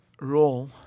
role